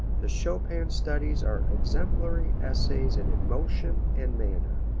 the chopin studies are exemplary essays in emotion and manner.